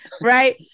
Right